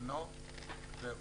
בנו והוא,